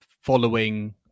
following